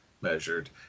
measured